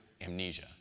amnesia